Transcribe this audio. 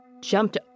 jumped